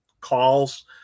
calls